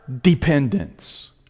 dependence